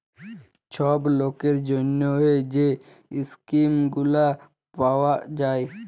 ছব লকের জ্যনহে যে ইস্কিম গুলা পাউয়া যায়